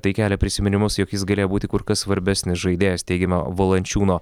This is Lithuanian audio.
tai kelia prisiminimus jog jis galėjo būti kur kas svarbesnis žaidėjas teigiama valančiūno